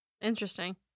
interesting